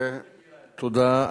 תודה.